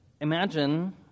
imagine